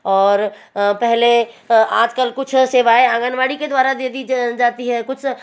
और पहले आजकल कुछ सेवाए आंगनवाड़ी के द्वारा दे दी जाती है कुछ